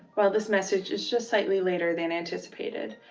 while this message is just slightly later than anticipated,